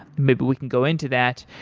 maybe we can go into that.